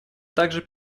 также